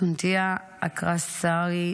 סונטאיה אוקארסרי,